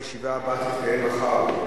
הישיבה הבאה תתקיים מחר,